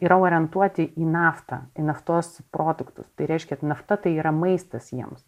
yra orientuoti į naftą į naftos produktus tai reiškia nafta tai yra maistas jiems